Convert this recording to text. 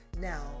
Now